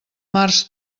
març